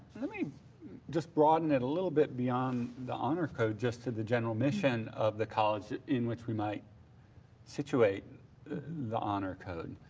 let me just broaden it a little bit beyond the honor code just to the general mission of the college in which we might situate the honor code.